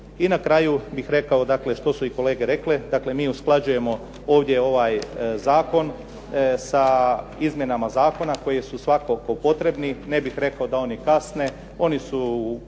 I na kraju bih rekao dakle što su kolege rekle, dakle mi usklađujemo ovdje ovaj zakon sa izmjenama zakona koji su svakako potrebni. Ne bih rekao da oni kasne, oni su